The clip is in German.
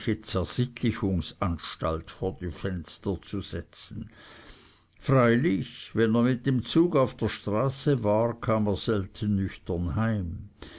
zersittlichungsanstalt vor die fenster zu setzen freilich wenn er mit dem zug auf der straße war kam er selten nüchtern heim